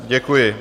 Děkuji.